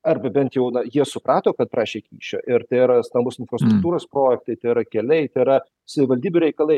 arbe bent jau na jie suprato kad prašė kyšio ir tai yra stambūs infrastruktūros projektai tai yra keliai tai yra savivaldybių reikalai